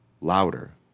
louder